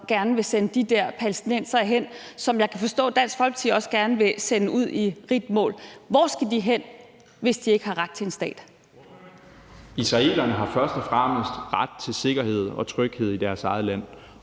gerne vil sende de der palæstinensere, som jeg kan forstå Dansk Folkeparti også gerne vil sende ud i rigt mål, hen? Hvor skal de hen, hvis de ikke har ret til en stat? Kl. 12:06 Den fg. formand (Erling Bonnesen): Ordføreren.